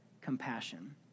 compassion